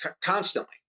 constantly